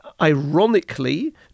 Ironically